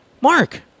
Mark